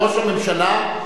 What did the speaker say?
(חבר הכנסת שלמה מולה יוצא מאולם המליאה.) לא תפריעו לראש הממשלה,